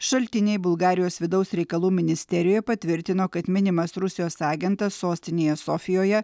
šaltiniai bulgarijos vidaus reikalų ministerijoje patvirtino kad minimas rusijos agentas sostinėje sofijoje